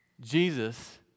Jesus